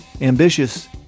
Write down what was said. ambitious